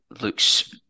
looks